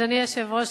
אדוני היושב-ראש,